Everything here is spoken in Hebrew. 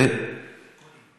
הבעת דעה.